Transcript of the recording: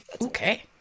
Okay